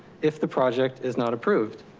if the project is not approved.